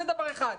זה דבר אחד.